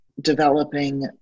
developing